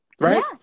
right